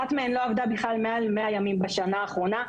אחת מהן לא עבדה בכלל מעל 100 ימים בשנה האחרונה.